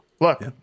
Look